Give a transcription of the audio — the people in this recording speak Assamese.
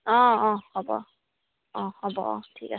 অঁ অঁ হ'ব অঁ হ'ব অঁ ঠিক আছে